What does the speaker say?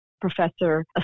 Professor